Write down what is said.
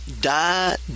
die